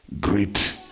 great